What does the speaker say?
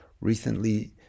recently